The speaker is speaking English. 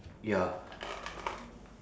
ya